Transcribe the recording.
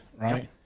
right